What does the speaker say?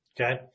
Okay